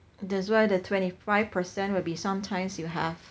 that's why the twenty five percent will be sometimes you have